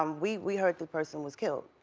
um we we heard the person was killed.